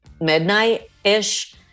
midnight-ish